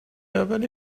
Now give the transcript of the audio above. avalé